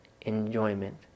enjoyment